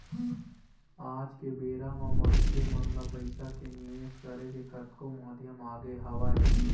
आज के बेरा म मनखे मन ल पइसा के निवेश करे के कतको माध्यम आगे हवय